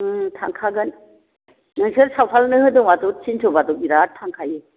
थांखागोन नोंसोर सावथालनो होदोंबाथ' थिनस'बाथ' बिराद थांखायो